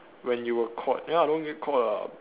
when you were caught ya I don't get caught ah